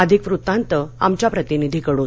अधिक वृत्तांत आमच्या प्रतिनिधीकडून